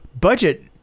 budget